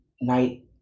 night